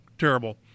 terrible